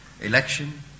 election